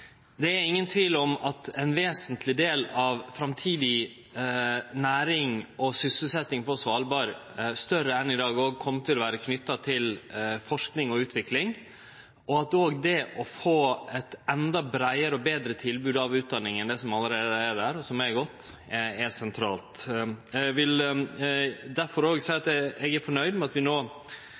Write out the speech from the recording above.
er det ingen tvil om at ein vesentlig del – større enn i dag – av framtidig næring og sysselsetjing på Svalbard kjem til å vere knytt til forsking og utvikling, og at det å få eit endå breiare og betre tilbod av utdanningane som allereie er der, er sentralt. Difor er eg fornøgd med at vi no går vidare og utviklar ein langsiktig strategi for forskinga og ikkje minst varslar at vi